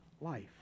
life